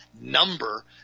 number